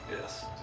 Yes